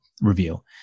review